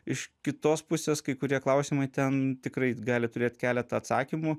iš kitos pusės kai kurie klausimai ten tikrai gali turėt keletą atsakymų